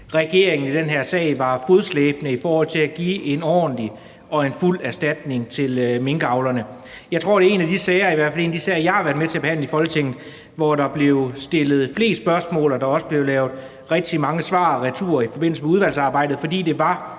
regeringen i den her sag var fodslæbende i forhold til at give en ordentlig og fuld erstatning til minkavlerne. Jeg tror, det er en af de sager – i hvert fald af de sager, jeg har været med til at behandle i Folketinget – hvor der er blevet stillet flest spørgsmål og også er blevet givet rigtig mange svar retur i forbindelse med udvalgsarbejdet, fordi det var